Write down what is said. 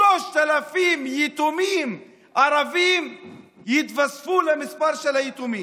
3,000 יתומים ערבים יתווספו למספר היתומים.